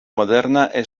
moderna